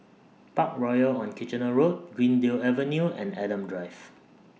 Parkroyal on Kitchener Road Greendale Avenue and Adam Drive